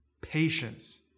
Patience